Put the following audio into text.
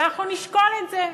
ואנחנו נשקול את זה,